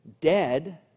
Dead